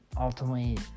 ultimately